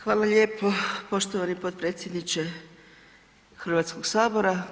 Hvala lijepo poštovani potpredsjedniče Hrvatskog sabora.